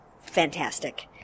fantastic